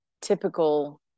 typical